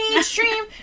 stream